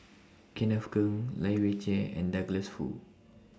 Kenneth Keng Lai Weijie and Douglas Foo